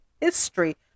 history